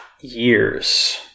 years